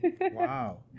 Wow